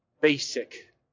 basic